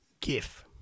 GIF